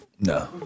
No